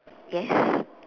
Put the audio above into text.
yes